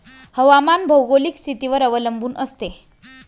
हवामान भौगोलिक स्थितीवर अवलंबून असते